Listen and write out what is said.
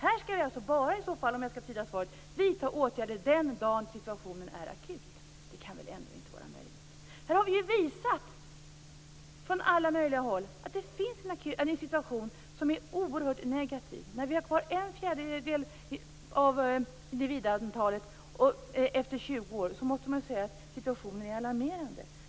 Här skall vi alltså, om jag tyder svaret rätt, vidta åtgärder först den dag situationen är akut. Det kan väl ändå inte vara möjligt! Här har vi visat, från alla möjliga håll, att situationen är oerhört negativ. När vi har kvar en fjärdedel av individantalet efter 20 år måste man ju säga att situationen är alarmerande.